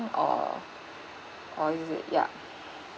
or or is it ya